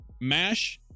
mash